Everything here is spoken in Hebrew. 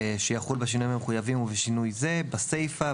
"שיחול בשינויים המחויבים ובשינוי זה: בסיפה,